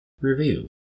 Review